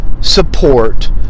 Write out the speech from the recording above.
support